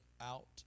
out